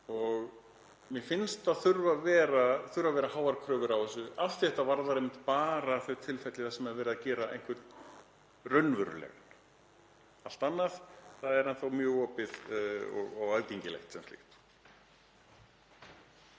og mér finnst þurfa að vera háar kröfur á þessu af því að þetta varðar einmitt bara þau tilfelli þar sem verið er að gera einhvern raunverulegan. Allt annað er enn þá mjög opið og aðgengilegt sem slíkt.